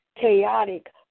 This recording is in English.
chaotic